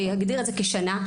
שיגדיר את זה כשנה,